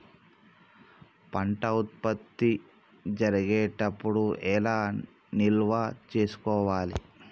పంట ఉత్పత్తి జరిగేటప్పుడు ఎలా నిల్వ చేసుకోవాలి?